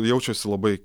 jausčiausi labai